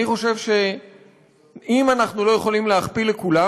אני חושב שאם אנחנו לא יכולים להכפיל לכולם,